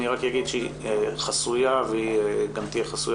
אני רק אומר שהיא חסויה והיא גם תהיה חסויה